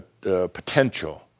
potential